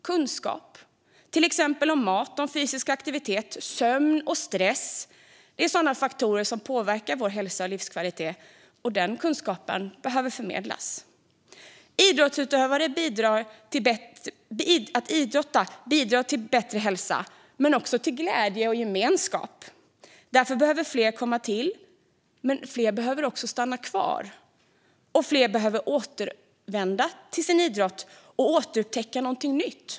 Kunskap om att till exempel mat, fysisk aktivitet, sömn och stress är faktorer som påverkar vår hälsa och livskvalitet behöver förmedlas. Att idrotta bidrar till bättre hälsa men också till glädje och gemenskap. Därför behöver fler komma till, men fler behöver också stanna kvar och fler behöver återvända och återupptäcka något nytt.